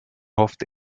hofft